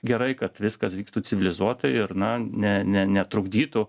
gerai kad viskas vyktų civilizuotai ir na ne ne netrukdytų